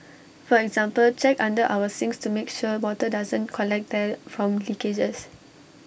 for example check under our sinks to make sure water doesn't collect there from leakages